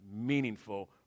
meaningful